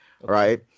Right